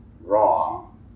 wrong